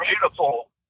beautiful